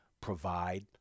provide